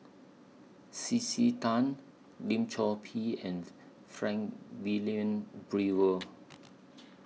C C Tan Lim Chor Pee and Frank Wilmin Brewer